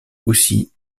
aussi